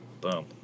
boom